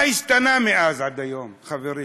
מה השתנה מאז ועד היום, חברים?